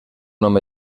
home